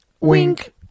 wink